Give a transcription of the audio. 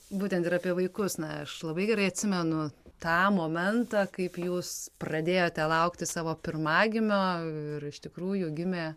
būtent ir apie vaikus na aš labai gerai atsimenu tą momentą kaip jūs pradėjote lauktis savo pirmagimio ir iš tikrųjų gimė